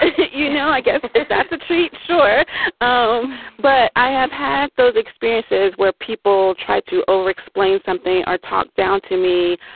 you know, i guess that's a treat. sure um but i have had those experiences where people try to overexplain overexplain something or talk down to me.